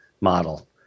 model